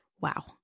Wow